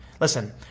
Listen